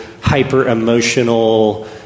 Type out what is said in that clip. hyper-emotional